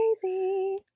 crazy